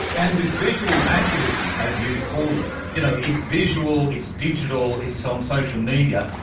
and this visual activism, as you call it, you know it's visual, it's digital, it's so on social media,